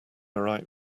write